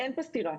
אין כאן סתירה.